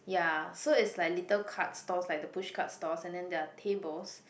ya so it's like little cart stores like the push cart stores and then there are tables